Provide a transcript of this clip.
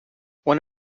one